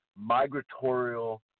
migratorial